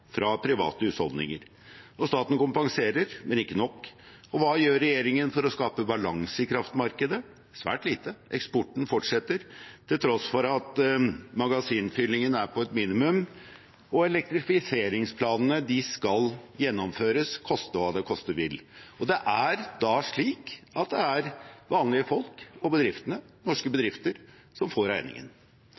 fra private husholdninger. Staten kompenserer, men ikke nok. Og hva gjør regjeringen for å skape balanse i kraftmarkedet? Svært lite. Eksporten fortsetter, til tross for at magasinfyllingene er på et minimum, og elektrifiseringsplanene skal gjennomføres, koste hva det koste vil. Da er det slik at det er vanlige folk og norske bedrifter som får regningen.